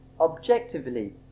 objectively